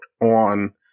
on